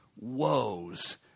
woes